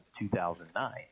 2009